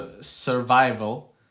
survival